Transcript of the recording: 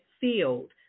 field